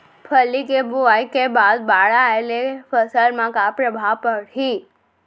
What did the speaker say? फल्ली के बोआई के बाद बाढ़ आये ले फसल मा का प्रभाव पड़ही?